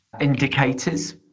indicators